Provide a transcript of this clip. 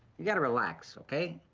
you gotta relax, okay?